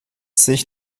sich